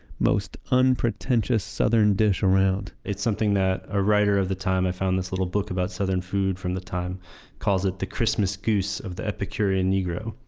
most unpretentious southern dish around it's something that a writer of the time i found this little book about southern food from the time calls it the christmas goose of the epicurean negro.